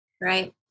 Right